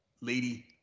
lady